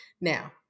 Now